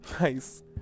Nice